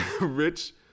rich